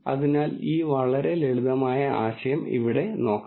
അതിനാൽ ഈ വളരെ ലളിതമായ ആശയം ഇവിടെ നോക്കാം